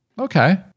okay